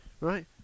Right